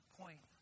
point